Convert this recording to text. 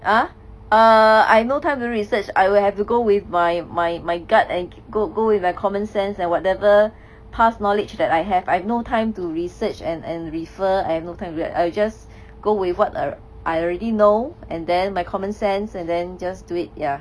uh err I no time do research I would have to go with my my my gut and go go with my common sense and whatever past knowledge that I have I have no time to research and and refer I have no time to do that I just go with what I already know and then my common sense and then just do it ya